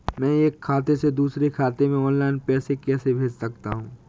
मैं एक खाते से दूसरे खाते में ऑनलाइन पैसे कैसे भेज सकता हूँ?